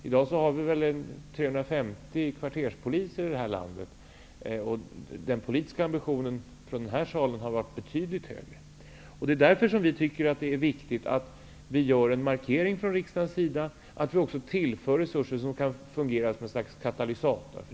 I dag finns det ca 350 kvarterspoliser i det här landet. Den politiska ambitionen från denna sal har varit betydligt högre. Det är därför vi socialdemokrater tycker att det är viktigt att vi från riksdagens sida gör en markering. Vi måste tillföra resurser som kan fungera som en slags katalysator.